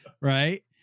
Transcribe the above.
Right